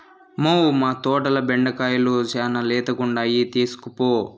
మ్మౌ, మా తోటల బెండకాయలు శానా లేతగుండాయి తీస్కోపో